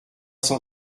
cent